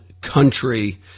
country